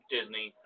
Disney